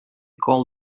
called